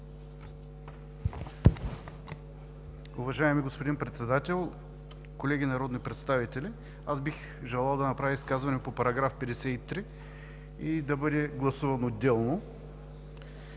Уважаеми господин Председател, колеги народни представители! Аз бих желал да направя изказване по § 53 и да бъде гласуван отделно.